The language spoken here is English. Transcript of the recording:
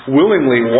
willingly